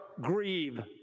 grieve